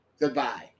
Goodbye